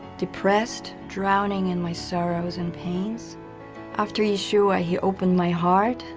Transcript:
depressed drowning in my, sorrows and pains after you, sure he opened, my heart